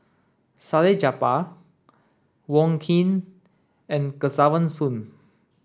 Salleh Japar Wong Keen and Kesavan Soon